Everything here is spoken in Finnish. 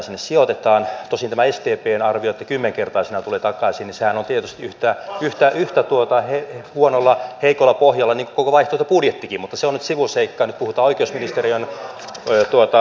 tosin tämä sdpn arviohan että kymmenkertaisena tulee takaisin on tietysti yhtä heikolla pohjalla kuin koko vaihtoehtobudjettikin mutta se on nyt sivuseikka ja nyt puhutaan oikeusministeriön alasta